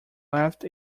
left